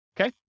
Okay